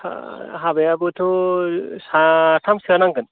सा हाबायाबोथ' साथामसोआ नांगोन